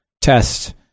test